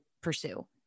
pursue